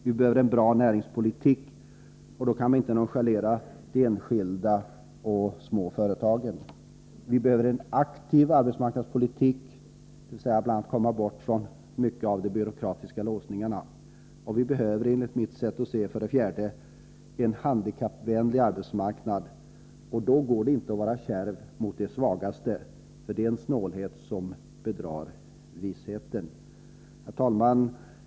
—- Vi behöver en bra näringspolitik, och då kan vi inte nonchalera de enskilda och små företagen. — Vi behöver en aktiv arbetsmarknadspolitik, dvs. bl.a. komma bort från mycket av de byråkratiska låsningarna. —- Vi behöver enligt mitt sätt att se en handikappvänlig arbetsmarknad, och då går det inte att vara kärv mot de svagaste — det är en snålhet som bedrar visheten. Herr talman!